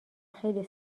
خیلی